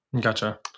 Gotcha